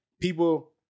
people